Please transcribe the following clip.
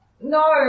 No